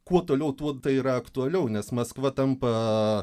kuo toliau tuo tai yra aktualiau nes maskva tampa